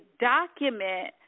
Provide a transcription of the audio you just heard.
document